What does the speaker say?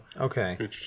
Okay